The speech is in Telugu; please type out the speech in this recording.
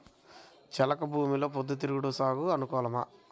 చెలక భూమిలో పొద్దు తిరుగుడు సాగుకు అనుకూలమా?